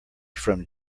from